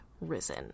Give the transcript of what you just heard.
risen